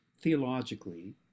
theologically